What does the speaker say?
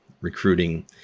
recruiting